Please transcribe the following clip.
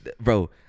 bro